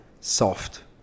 soft